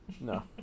No